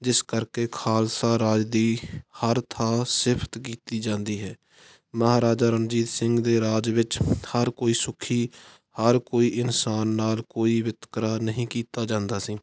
ਜਿਸ ਕਰਕੇ ਖਾਲਸਾ ਰਾਜ ਦੀ ਹਰ ਥਾਂ ਸਿਫਤ ਕੀਤੀ ਜਾਂਦੀ ਹੈ ਮਹਾਰਾਜਾ ਰਣਜੀਤ ਸਿੰਘ ਦੇ ਰਾਜ ਵਿੱਚ ਹਰ ਕੋਈ ਸੁਖੀ ਹਰ ਕੋਈ ਇਨਸਾਨ ਨਾਲ ਕੋਈ ਵਿਤਕਰਾ ਨਹੀਂ ਕੀਤਾ ਜਾਂਦਾ ਸੀ